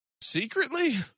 Secretly